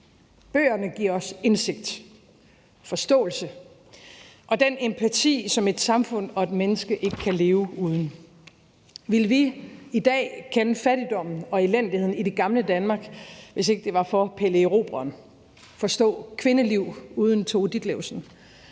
Bøgerne giver os indsigt, forståelse og den empati, som et samfund og et menneske ikke kan leve uden. Ville vi i dag kende fattigdommen og elendigheden i det gamle Danmark, hvis det ikke var for Pelle Erobreren, og forstå kvindeliv uden Tove Ditlevsen?